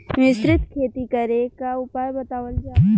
मिश्रित खेती करे क उपाय बतावल जा?